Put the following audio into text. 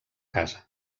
casa